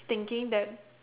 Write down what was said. thinking that